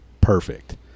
perfect